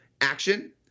action